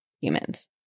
humans